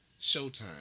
Showtime